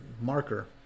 marker